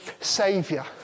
saviour